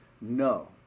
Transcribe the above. No